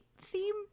theme